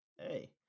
hey